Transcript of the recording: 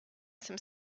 some